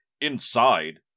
inside